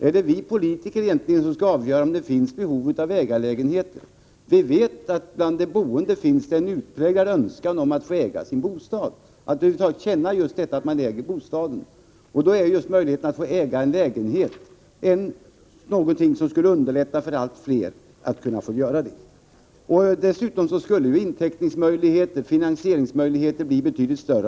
Är det egentligen vi politiker som skall avgöra om det finns behov av ägarlägenheter? Det är ju bekant att det bland de boende finns en utpräglad önskan att få äga sin bostad, att över huvud taget få uppleva den känslan. Om man fick den möjligheten skulle det bli lättare för allt fler att skaffa sig en egen bostad. Om man har lagfart på lägenheten skulle dessutom inteckningsmöjligheterna, finansieringsmöjligheterna bli betydligt större.